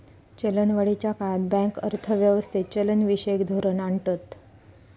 चलनवाढीच्या काळात बँक अर्थ व्यवस्थेत चलनविषयक धोरण आणतत